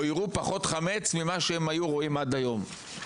או יראו פחות חמץ ממה שהם היו רואים עד היום,